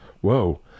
Whoa